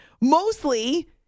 mostly